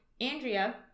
Andrea